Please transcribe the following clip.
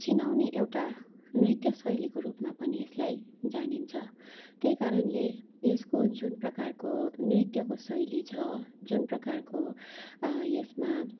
चिनाउने एउटा नृत्य शैलीको रूपमा पनि यसलाई जानिन्छ त्यही कारणले यसको जुन प्रकारको नृत्यको शैली छ जुन प्रकारको यसमा